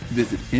visit